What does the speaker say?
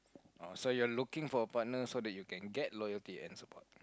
oh so you are looking for a partner so that you can get loyalty and support